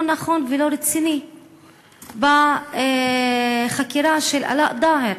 נכון ולא רציני בחקירה של אלאא דאהר.